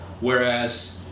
whereas